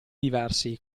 diversi